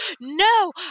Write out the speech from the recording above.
no